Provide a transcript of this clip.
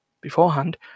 beforehand